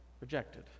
rejected